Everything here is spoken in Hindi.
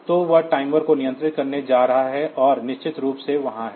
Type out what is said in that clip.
तो वह टाइमर को नियंत्रित करने जा रहा है और निश्चित रूप से वहाँ है